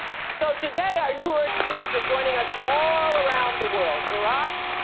so today our new earth students are joining us from all all around the world, iraq,